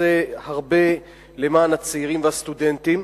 עושה הרבה למען הצעירים והסטודנטים